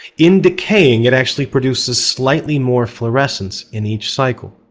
in decaying, it actually produces slightly more fluorescence in each cycle.